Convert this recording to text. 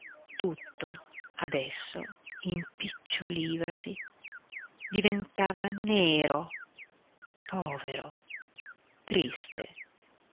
tutto adesso impicciolivasi diventava nero povero triste